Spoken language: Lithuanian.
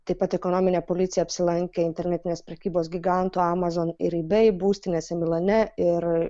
taip pat ekonominė policija apsilankė internetinės prekybos giganto amazon ir ibei būstinėse milane ir